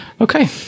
okay